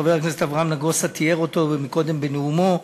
חבר הכנסת אברהם נגוסה תיאר אותו קודם בנאומו,